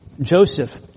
Joseph